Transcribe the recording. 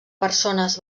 persones